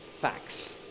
facts